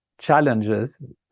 challenges